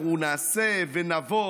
אנחנו נעשה ונבוא,